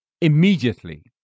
Immediately